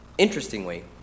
Interestingly